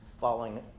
following